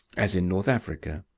as in north africa,